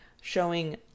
showing